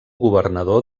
governador